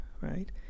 right